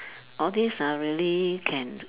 all these ah really can